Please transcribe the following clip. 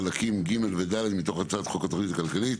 חלקים ג' ו-ד' מתוך הצעת חוק התכנית הכלכלית